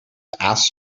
asked